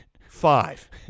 Five